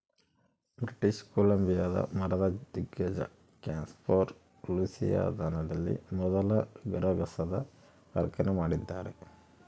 British ಕೊಲಂಬಿಯಾದ ಮರದ ದಿಗ್ಗಜ ಕ್ಯಾನ್ಫೋರ್ ಲೂಯಿಸಿಯಾನದಲ್ಲಿ ಮೊದಲ ಗರಗಸದ ಕಾರ್ಖಾನೆ ಮಾಡಿದ್ದಾರೆ